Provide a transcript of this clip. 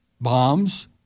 bombs